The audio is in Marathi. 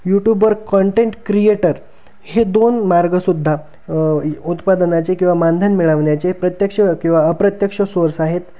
यूटूबवर कंटेंट क्रिएटर हे दोन मार्गसुद्धा उत्पादनाचे किंवा मानधन मिळवण्याचे प्रत्यक्ष किंवा अप्रत्यक्ष सोर्स आहेत